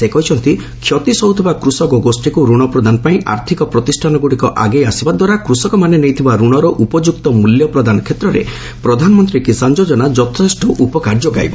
ସେ କହିଛନ୍ତି କ୍ଷତି ସହୁଥିବା କୃଷକଗୋଷୀକୁ ଋଣ ପ୍ରଦାନ ପାଇଁ ଆର୍ଥକ ପ୍ରତିଷ୍ଠାନଗୁଡ଼ିକ ଆଗେଇ ଆସିବାଦ୍ୱାରା କୃଷକମାନେ ନେଇଥିବା ଋଣର ଉପଯୁକ୍ତ ମୁଲ୍ୟ ପ୍ରଦାନ କ୍ଷେତ୍ରରେ ପ୍ରଧାନମନ୍ତ୍ରୀ କିଷାନ ଯୋଜନା ଯଥେଷ୍ଟ ଉପକାର ଯୋଗାଇବ